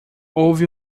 houve